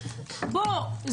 בוא,